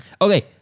Okay